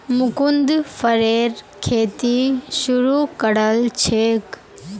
मुकुन्द फरेर खेती शुरू करल छेक